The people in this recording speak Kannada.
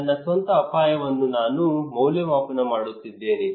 ನನ್ನ ಸ್ವಂತ ಅಪಾಯವನ್ನು ನಾನು ಮೌಲ್ಯಮಾಪನ ಮಾಡುತ್ತಿದ್ದೇನೆ